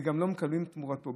וגם לא מקבלים תמורתו?